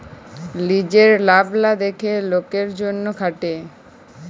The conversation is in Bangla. লিজের লাভ লা দ্যাখে লকের জ্যনহে খাটে